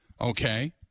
Okay